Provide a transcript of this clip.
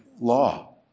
law